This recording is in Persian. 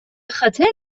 خاطر